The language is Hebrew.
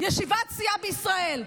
ישיבת סיעה בישראל.